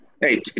Hey